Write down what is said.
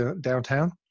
downtown